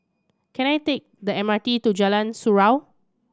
can I take the M R T to Jalan Surau